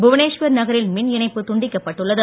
புவனேஸ்வர் நகரில் மின் இணைப்பு துண்டிக்கப் பட்டுள்ளது